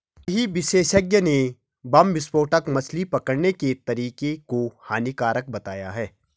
कई विशेषज्ञ ने बम विस्फोटक मछली पकड़ने के तरीके को हानिकारक बताया है